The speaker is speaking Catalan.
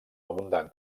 abundant